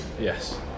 Yes